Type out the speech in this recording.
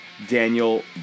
Daniel